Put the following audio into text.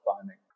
finding